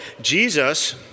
Jesus